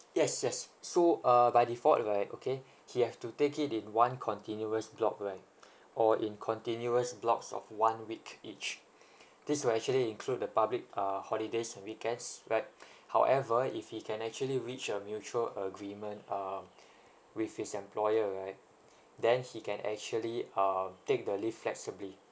yes yes so uh by default if like okay he have to take it in one continuous block right or in continuous blocks of one week each this will actually include the public uh holidays and weekends right however if he can actually reach a mutual agreement um with his employer right then he can actually um take the leave flexibly